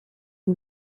and